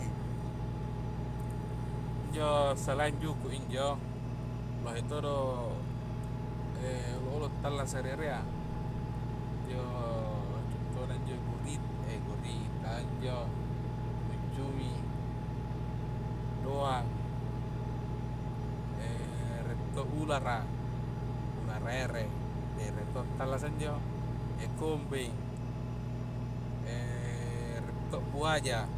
Injo salahi juku' injo lohe todo holo-holo tallasa ri area. injo contohna njo gurit gurita injo cumi-cumi, doang, rie to ulara, ulara ere rele to tallasa injo e kombeng rie to buaja,